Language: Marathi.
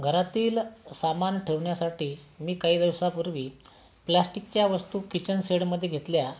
घरातील सामान ठेवण्यासाठी मी काही दिवसांपूर्वी प्लॅस्टिकच्या वस्तू किचन सेडमध्ये घेतल्या